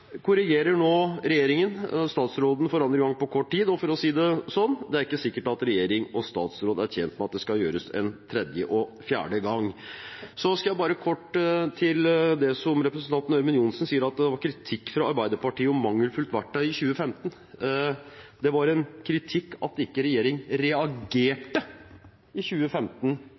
korrigerer nå regjeringen og statsråden for andre gang på kort tid, og for å si det slik: Det er ikke sikkert at regjeringen og statsråden er tjent med at dette skal gjøres en tredje og en fjerde gang. Så skal jeg bare si kort til det som representanten Ørmen Johnsen sier om at det var kritikk fra Arbeiderpartiet om mangelfullt verktøy i 2015. Det var kritikk for at ikke regjeringen reagerte i 2015